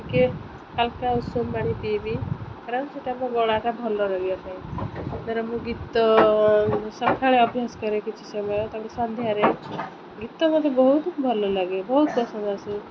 ଟିକିଏ ହାଲୁକା ଉଷୁମ ପାଣି ପିଇବି କାରଣ ସେଇଟା ମୋ ଗଳାଟା ଭଲ ରହିବା ପାଇଁ ଧର ମୁଁ ଗୀତ ସକାଳେ ଅଭ୍ୟାସ କରେ କିଛି ସମୟ ତା'ପରେ ସନ୍ଧ୍ୟାରେ ଗୀତ ମୋତେ ବହୁତ ଭଲ ଲାଗେ ବହୁତ ପସନ୍ଦ ଆସେ